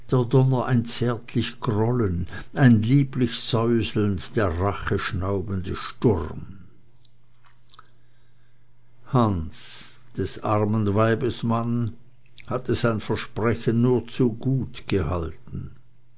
ein zärtlich grollen ein lieblich säuseln der racheschnaubende sturm hans des armen weibes mann hatte sein versprechen nur zu gut gehalten